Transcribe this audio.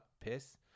piss